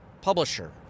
publisher